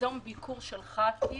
שניזום ביקור של חברי כנסת,